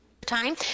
time